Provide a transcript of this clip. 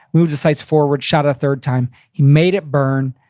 moved his sights forward, shot a third time. he made it burn.